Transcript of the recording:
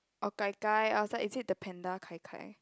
orh gai gai i was like is it the panda Kai-Kai